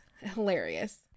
Hilarious